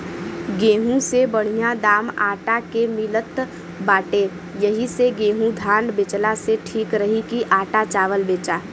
गेंहू से बढ़िया दाम आटा के मिलत बाटे एही से गेंहू धान बेचला से ठीक रही की आटा चावल बेचा